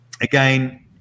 again